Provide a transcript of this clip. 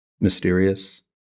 mysterious